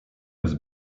jest